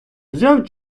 взяв